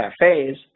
cafes